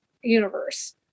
universe